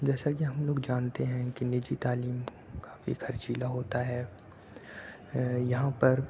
جیسا کہ ہم لوگ جانتے ہیں کہ نجی تعلیم کافی خرچیلا ہوتا ہے یہاں پر